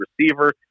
receiver